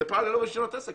זה פעל ללא רישיונות עסק.